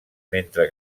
mentre